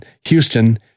Houston